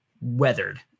weathered